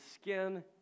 skin